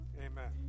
amen